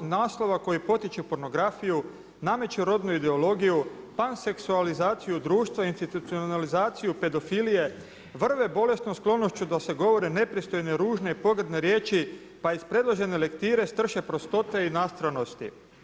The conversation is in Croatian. naslova koji potiču pornografiju, nameću rodnu ideologiju, panseksualizaciju društva, institucionalizaciju pedofilije, vrve bolesnom sklonošću da se govore nepristojne i ružne i pogrdne riječi pa iz predložene lektire strše prostote i nastranosti.